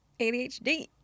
ADHD